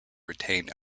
retained